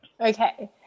Okay